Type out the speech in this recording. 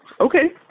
okay